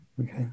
Okay